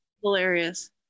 Hilarious